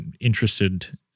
interested